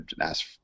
ask